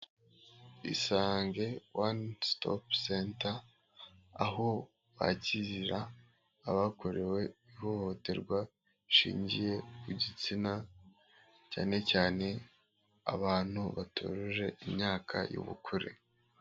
Isange One Stop Center aho bakirira abakorewe ihohoterwa rishingiye ku gitsina cyane cyane abantu batujuje imyaka y'ubukure.